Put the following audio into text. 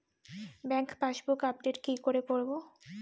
Bank passbook update কি করে করবো?